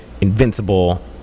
invincible